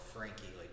Frankie